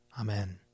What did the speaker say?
Amen